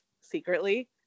secretly